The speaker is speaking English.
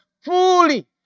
fully